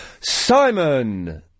Simon